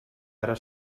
ara